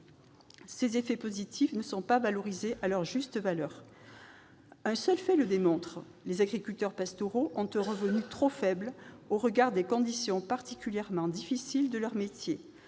Ces effets positifs ne sont pas évalués à leur juste valeur. Un seul fait le démontre : les agriculteurs pastoraux ont un revenu trop faible au regard des conditions particulièrement difficiles de leur métier.